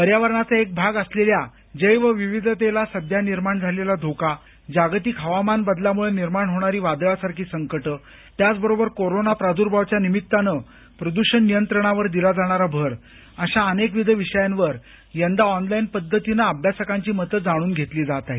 पर्यावरणाचा एक भाग असलेल्या जैवविविधतेला सध्या निर्माण झालेला धोका जागतिक हवामान बदलामुळं निर्माण होणारी वादळासारखी संकट त्याचबरोबर कोरोना प्रादुर्भावाच्या निमित्तानं प्रद्रषण नियंत्रणावर दिला जाणारा भर अशा अनेकविध विषयांवर यंदा ऑनलाईन पद्धतीनं अभ्यासकांची मतं जाणून घेतली जात आहेत